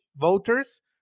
voters